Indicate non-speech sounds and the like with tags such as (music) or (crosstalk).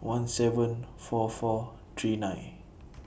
one seven four four three nine (noise)